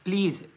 Please